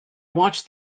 watched